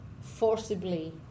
forcibly